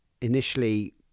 initially